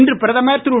இன்று பிரதமர் திரு